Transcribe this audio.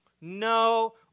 No